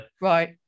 Right